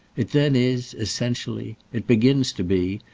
it then is, essentially it begins to be,